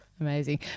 Amazing